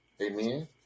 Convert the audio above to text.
Amen